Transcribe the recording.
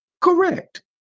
Correct